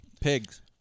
Pigs